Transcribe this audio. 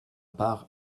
part